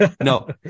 no